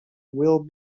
will